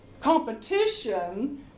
competition